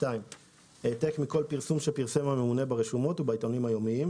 העתק מכל פרסום שפרסם הממונה ברשומות ובעיתונים יומיים.